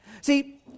See